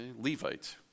Levite